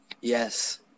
Yes